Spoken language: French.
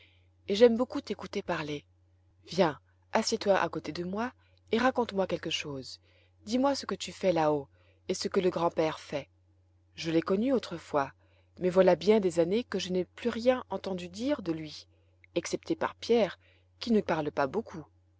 et j'aime beaucoup t'écouter parler viens assieds-toi à côté de moi et raconte-moi quelque chose dis-moi ce que tu fais là-haut et ce que le grand-père fait je l'ai connu autrefois mais voilà bien des années que je n'ai plus rien entendu dire de lui excepté par pierre qui ne parle pas beaucoup